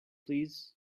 please